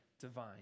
divine